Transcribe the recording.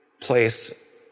place